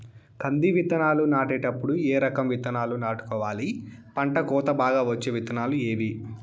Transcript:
కంది విత్తనాలు నాటేటప్పుడు ఏ రకం విత్తనాలు నాటుకోవాలి, పంట కోత బాగా వచ్చే విత్తనాలు ఏవీ?